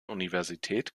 universität